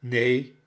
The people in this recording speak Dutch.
neen